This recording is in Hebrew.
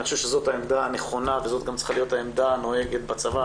אני חושב שזאת העמדה הנכונה וזאת גם צריכה להיות העמדה הנוהגת בצבא.